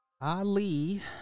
Ali